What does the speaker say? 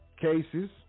cases